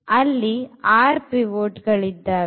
ಅಲ್ಲಿ r pivot ಗಳಿದ್ದಾವೆ